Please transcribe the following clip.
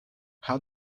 how